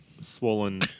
swollen